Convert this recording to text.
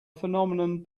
phenomenon